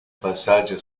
passaggio